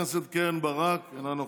חברת הכנסת קרן ברק, אינה נוכחת,